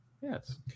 Yes